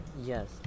Yes